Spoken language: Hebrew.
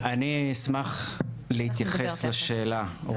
אני אשמח להתייחס לשאלה.